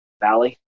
Valley